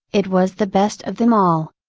it was the best of them all.